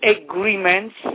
agreements